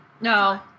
no